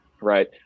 Right